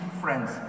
friends